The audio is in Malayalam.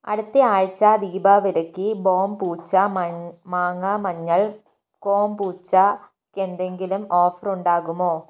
അടുത്ത ആഴ്ച ദീപാവലിക്ക് ബോംബൂച്ച മഞ്ഞൾ മാങ്ങ മഞ്ഞൾ കൊമ്പുച്ചക്ക് എന്തെങ്കിലും ഓഫർ ഉണ്ടാകുമോ